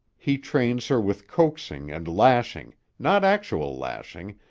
he trains her with coaxing and lashing not actual lashing,